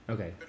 Okay